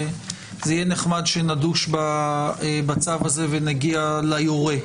זה יהיה נחמד שנדוש בצו הזה ונגיע ליורה.